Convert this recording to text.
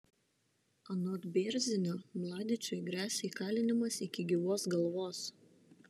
anot bėrzinio mladičiui gresia įkalinimas iki gyvos galvos